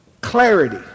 Clarity